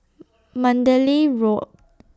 Mandalay Road